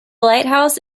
lighthouse